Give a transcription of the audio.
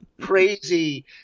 crazy